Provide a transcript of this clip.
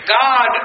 God